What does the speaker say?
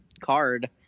card